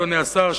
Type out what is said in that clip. אדוני השר,